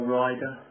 rider